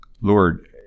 Lord